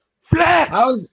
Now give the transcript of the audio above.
flex